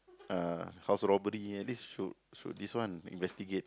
uh house robbery and this should should this one investigate